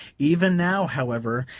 even now, however,